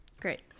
Great